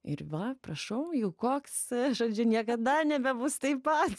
ir va prašau jau koks žodžiu niekada nebebus taip pat